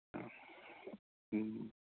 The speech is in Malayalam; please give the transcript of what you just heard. ആ മ്മ്